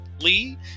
Lee